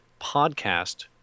podcast